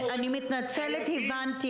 אדוני, אני חייבת לסיים, מתנצלת, הבנתי.